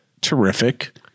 terrific